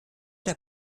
der